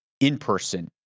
in-person